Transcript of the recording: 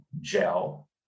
gel